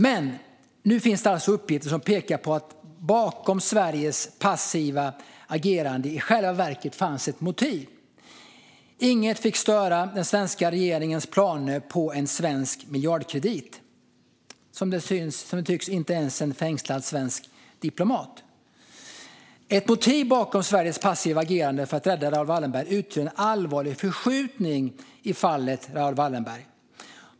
Men nu finns det uppgifter som pekar på att det bakom Sveriges passiva agerande i själva verket fanns ett motiv. Inget fick störa den svenska regeringens planer på en svensk miljardkredit, som det tycks inte ens en fängslad svensk diplomat. Ett motiv bakom Sveriges passiva agerande för att rädda Raoul Wallenberg utgör en allvarlig förskjutning i fallet Raoul Wallenberg.